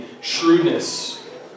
shrewdness